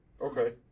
Okay